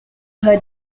her